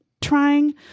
trying